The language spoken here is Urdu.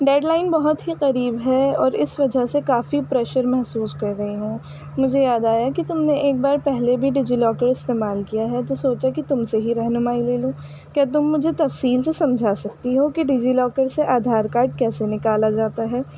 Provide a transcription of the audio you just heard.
ڈیڈ لائن بہت ہی قریب ہے اور اس وجہ سے کافی پریشر محسوس کر رہی ہوں مجھے یاد آیا کہ تم نے ایک بار پہلے بھی ڈیجی لاکر استعمال کیا ہے تو سوچا کہ تم سے ہی رہنمائی لے لوں کیا تم مجھے تفصیل سے سمجھا سکتی ہو کہ ڈیجی لاکر سے آدھار کارڈ کیسے نکالا جاتا ہے